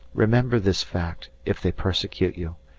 remember this fact, if they persecute you.